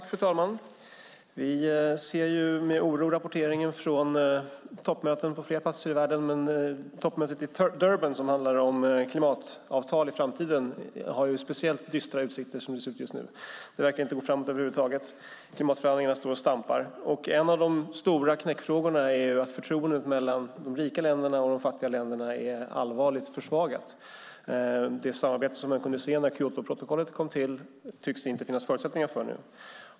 Fru talman! Vi ser med oro rapporteringen från toppmöten på flera platser i världen, men toppmötet i Durban, som handlar om klimatavtal i framtiden, har speciellt dystra utsikter som det ser ut just nu. Det verkar inte gå framåt över huvud taget. Klimatförhandlingarna står och stampar. En av de stora knäckfrågorna är att förtroendet mellan de rika länderna och de fattiga länderna allvarligt har försvagats. Det samarbete som man kunde se när Kyotoprotokollet kom till tycks det nu inte finnas förutsättningar för.